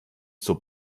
zur